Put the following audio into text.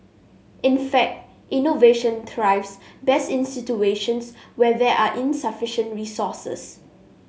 in fact innovation thrives best in situations where there are insufficient resources